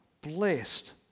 Blessed